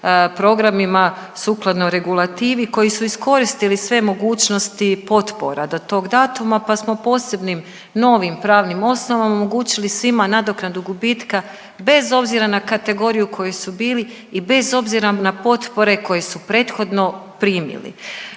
programima sukladno regulativi, koji su iskoristili sve mogućnosti potpora do tog datuma pa smo posebnim novim pravnim osnovama omogućili svima nadoknadu gubitka bez obzira na kategoriju u kojoj su bili i bez obzira na potpore koje su prethodno primili.